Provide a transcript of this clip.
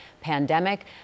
pandemic